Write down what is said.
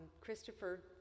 Christopher